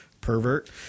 Pervert